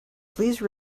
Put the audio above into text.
please